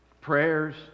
prayers